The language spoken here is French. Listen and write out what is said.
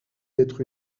d’être